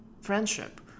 friendship